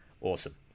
awesome